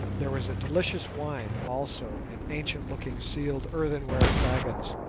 there was a delicious wine also in ancient-looking sealed earthenware flagons,